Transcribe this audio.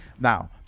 now